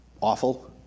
Awful